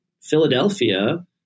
Philadelphia